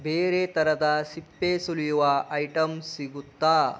ಬೇರೆ ಥರದ ಸಿಪ್ಪೆ ಸುಲಿಯುವ ಐಟಮ್ ಸಿಗುತ್ತಾ